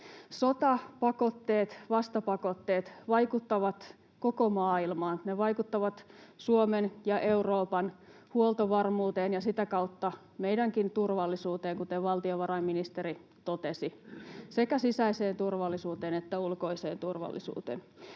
Sotapakotteet, vastapakotteet, vaikuttavat koko maailmaan. Ne vaikuttavat Suomen ja Euroopan huoltovarmuuteen ja sitä kautta meidänkin turvallisuuteen, kuten valtiovarainministeri totesi — sekä sisäiseen turvallisuuteen että ulkoiseen turvallisuuteen.